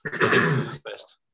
best